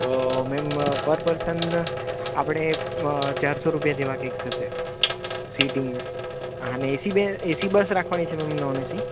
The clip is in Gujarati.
મેમ પર પર્સન આપડે ચારસો રૂપિયા જેવા કઈક થશે સિટિંગના અને એસી એસી બસ રાખવાની છે મેમ કે નોન એસી